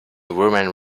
woman